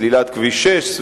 סלילת כביש 6,